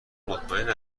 مطمئن